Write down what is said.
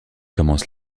commence